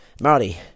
Marty